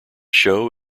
show